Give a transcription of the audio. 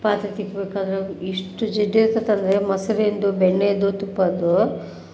ಪಾತ್ರೆ ತಿಕ್ಬೇಕಾದ್ರೆ ಎಷ್ಟು ಜಿಡ್ಡಿರ್ತೈತಂದ್ರೆ ಮೊಸರಿಂದು ಬೆಣ್ಣೆದು ತುಪ್ಪದ್ದು